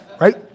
right